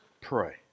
Pray